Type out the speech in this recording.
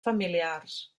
familiars